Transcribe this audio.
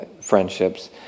friendships